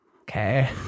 Okay